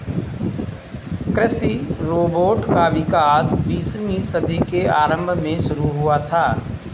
कृषि रोबोट का विकास बीसवीं सदी के आरंभ में शुरू हुआ था